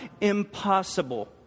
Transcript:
impossible